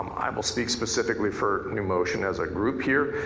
i will speak specifically for numotion as a group here,